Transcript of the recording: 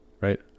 right